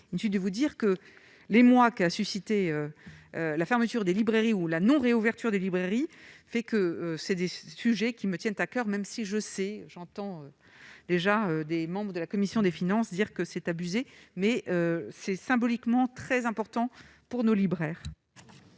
chute de vous dire. Que l'émoi qu'a suscité la fermeture des librairies ou la non-réouverture des librairies, fait que c'est des sujets qui me tiennent à coeur, même si je sais, j'entends déjà des membres de la commission des finances, dire que c'est abusé mais c'est symboliquement très important pour nos libraires.